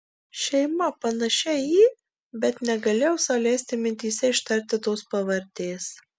šeima panašia į bet negalėjau sau leisti mintyse ištarti tos pavardės